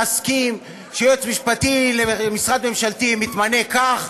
להסכים שיועץ משפטי למשרד ממשלתי מתמנה כך,